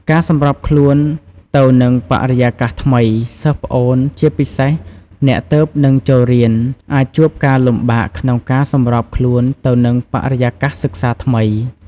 ការសម្របខ្លួនទៅនឹងបរិយាកាសថ្មី សិស្សប្អូន ជាពិសេសអ្នកទើបនឹងចូលរៀន អាចជួបការលំបាកក្នុងការសម្របខ្លួនទៅនឹងបរិយាកាសសិក្សាថ្មី។